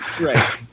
Right